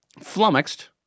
Flummoxed